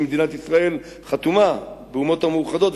ומדינת ישראל חתומה באומות המאוחדות,